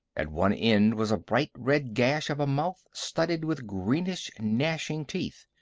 at one end was a bright red gash of a mouth studded with greenish, gnashing teeth.